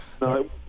No